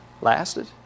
Lasted